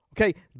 Okay